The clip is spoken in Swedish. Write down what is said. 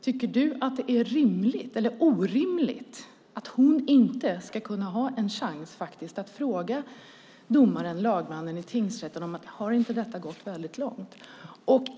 Tycker du att det är orimligt att hon ska ha en chans att fråga domaren, lagmannen i tingsrätten, om det inte har gått väldigt lång tid?